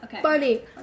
funny